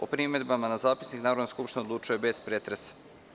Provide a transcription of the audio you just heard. O primedbama na zapisnik Narodna skupština odlučuje bez pretresa.